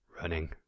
running